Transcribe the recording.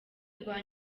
rwa